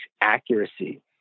accuracy